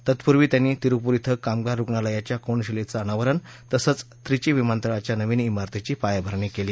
तत्पूर्वी त्यांनी तिरुपूर कामगार रुग्णालयाच्या कोनशिलेचं अनावरण तसंच त्रिची विमानतळाच्या नवीन मारतीची पायाभरणी केली